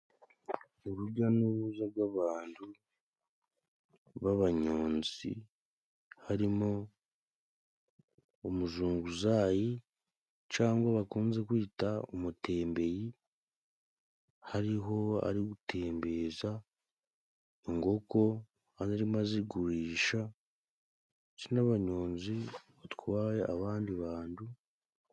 Urujya n'urubuza bw'abantu b'abanyonzi, harimo umuzunguzayi cyangwa bakunze kwita umutembeyi ,hariho ari gutembereza ingoko anarimo azigurisha ,ndetse n'abanyonzi batwaye abandi bandu..